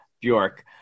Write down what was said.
Bjork